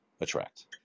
attract